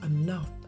enough